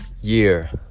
year